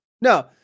No